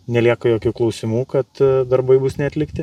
nelieka jokių klausimų kad darbai bus neatlikti